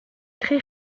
très